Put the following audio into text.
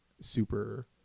super